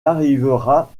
arrivera